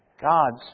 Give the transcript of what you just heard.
God's